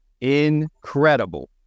Incredible